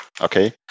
Okay